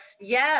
yes